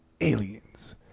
aliens